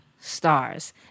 stars